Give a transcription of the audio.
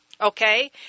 Okay